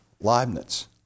Leibniz